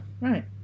right